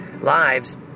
lives